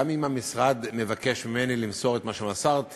גם אם המשרד מבקש ממני למסור את מה שמסרתי,